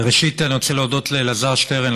ראשית אני רוצה להודות לאלעזר שטרן,